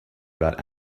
about